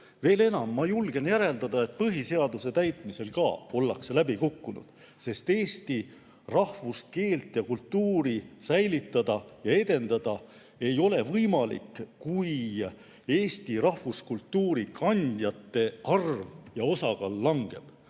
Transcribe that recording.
Veel enam, ma julgen järeldada, et ka põhiseaduse täitmisel ollakse läbi kukkunud, sest eesti rahvust, keelt ja kultuuri säilitada ja edendada ei ole võimalik, kui eesti rahvuskultuuri kandjate arv ja osakaal langevad.